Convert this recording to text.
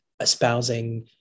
espousing